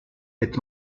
est